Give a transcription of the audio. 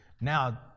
now